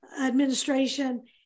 Administration